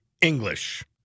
English